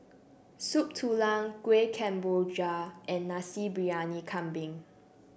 Soup Tulang Kueh Kemboja and Nasi Briyani Kambing